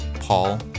Paul